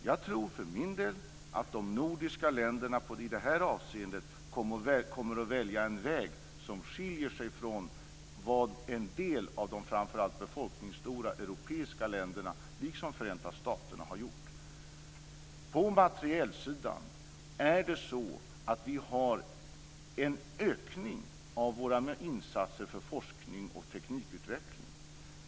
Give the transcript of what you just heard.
Jag tror för min del att de nordiska länderna i detta avseende kommer att välja en väg som skiljer sig från den väg som en del av de befolkningsstora europeiska länderna, liksom Förenta staterna, har valt. På materielsidan är det så att vi har en ökning av våra insatser för forskning och teknikutveckling.